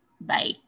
Bye